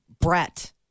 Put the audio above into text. Brett